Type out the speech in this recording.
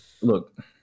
Look